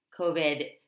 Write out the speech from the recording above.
COVID